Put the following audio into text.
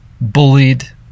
bullied